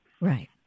Right